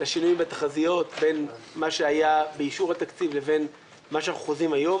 לשינוי בתחזיות בין מה שהיה באישור התקציב לבין מה שאנחנו חוזים היום